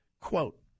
Quote